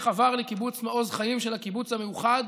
עבר לקיבוץ מעוז חיים של הקיבוץ המאוחד,